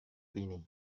ini